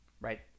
right